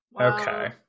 Okay